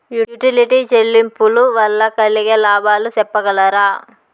Utility చెల్లింపులు వల్ల కలిగే లాభాలు సెప్పగలరా?